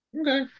Okay